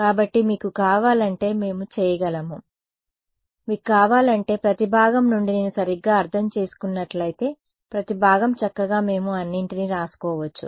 కాబట్టి మీకు కావాలంటే మేము చేయగలము మీకు కావాలంటే ప్రతి భాగం నుండి నేను సరిగ్గా అర్థం చేసుకున్నట్లయితే ప్రతి భాగం చక్కగా మేము అన్నింటినీ వ్రాసుకోవచ్చు